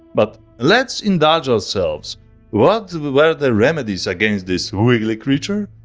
but let's indulge ourselves what were the remedies against this wiggly creature?